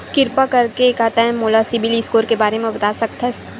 किरपा करके का तै मोला सीबिल स्कोर के बारे माँ बता सकथस?